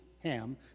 Ham